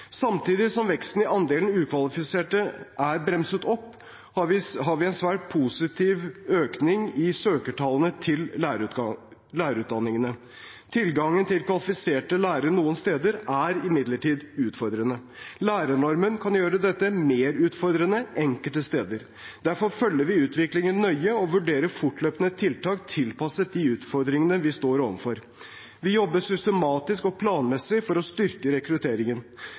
Samtidig som veksten i andelen ukvalifiserte er bremset opp, har vi en svært positiv økning i søkertallene til lærerutdanningene. Tilgangen på kvalifiserte lærere noen steder er imidlertid utfordrende. Lærernormen kan gjøre dette mer utfordrende enkelte steder. Derfor følger vi utviklingen nøye og vurderer fortløpende tiltak tilpasset de utfordringene vi står overfor. Vi jobber systematisk og planmessig for å styrke rekrutteringen.